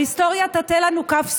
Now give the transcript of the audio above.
ההיסטוריה תטה אותנו לכף זכות.